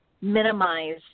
minimize